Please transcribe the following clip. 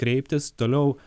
kreiptis toliau